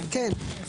כן.